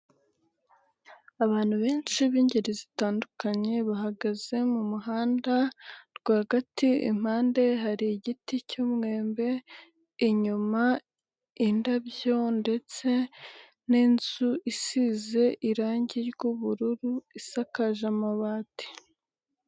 Abantu benshi b'ingeri zitandukanye, bahagaze mu muhanda rwagati, impande hari igiti cy'umwembe, inyuma indabyo ndetse n'inzu isize irangi ry'ubururu, isakaje amabati.